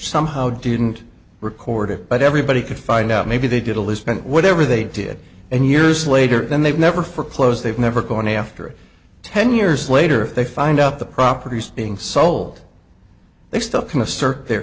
somehow didn't record it but everybody could find out maybe they did a lisbon whatever they did and years later then they've never for close they've never gone after ten years later if they find out the properties being sold they st